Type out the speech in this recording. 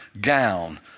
gown